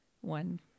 one